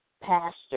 Pastor